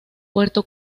puerto